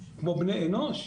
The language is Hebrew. כמו בני אנוש.